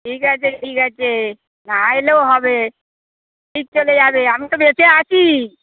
ঠিক আছে ঠিক আছে না এলেও হবে ঠিক চলে যাবে আমি তো বেঁচে আছি